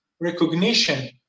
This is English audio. recognition